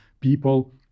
people